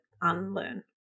unlearn